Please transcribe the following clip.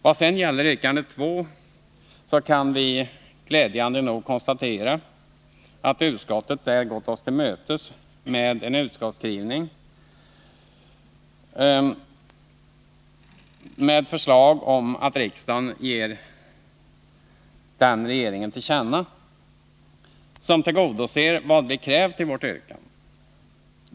Vad sedan gäller yrkande 2 kan vi glädjande nog konstatera att utskottet gått oss till mötes med en skrivning, som man föreslår att riksdagen skall ge regeringen till känna. Den tillgodoser vad vi krävt i vårt yrkande.